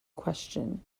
question